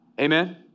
Amen